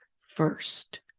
first